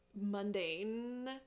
mundane